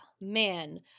man